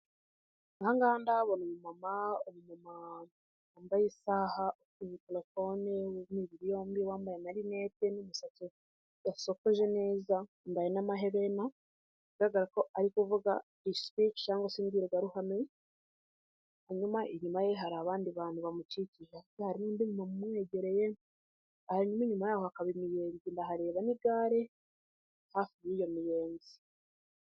Ahangaha ndahabona umumama; umumama wambaye isaa ha ufite mikorofone( microphone) w'imibiriyombi wambaye amarinete n'umusatsi yasokoje neza wambaye n'amaherena, bigaragara ko ari kuvuga sipici( speech) cyangwa se imbwirwaruhame, hanyuma inyuma ye hari abandi bantu bamukikije ndetse hari nundi mumama umwegereye hanyuma inyuma yaho hakaba imiyenzi ndahareba n'igare hafi y'iyo miyenzi.